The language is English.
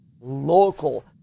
local